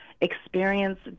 experience